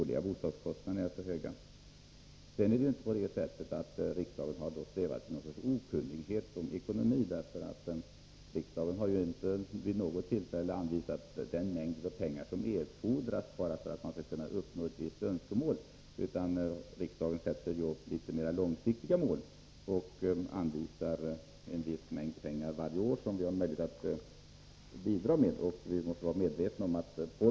Riksdagen har inte svävat i okunnighet när det gäller ekonomin. Inte vid något tillfälle har riksdagen anvisat erforderliga medel bara för att ett visst mål skall kunna uppnås, utan riksdagen sätter upp litet mera långsiktiga mål och anvisar den mängd pengar varje år som man anser sig kunna bidra med.